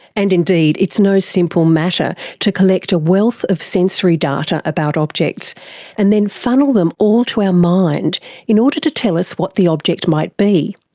and indeed it's no simple matter to collect a wealth of sensory data about objects and then funnel them all to our mind in order to tell us what the object might be.